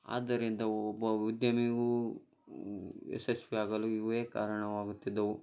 ಆದ್ದರಿಂದ ಒಬ್ಬ ಉದ್ಯಮಿಗೂ ಯಶಸ್ವಿಯಾಗಲು ಇವುವೇ ಕಾರಣವಾಗುತ್ತಿದ್ದವು